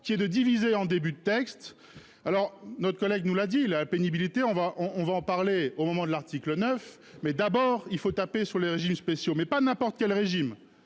qui est de diviser en début de texte. Alors notre collègue nous l'a dit la pénibilité. On va, on va en parler au moment de l'article 9 mais d'abord il faut taper sur les régimes spéciaux mais pas n'importe quel régime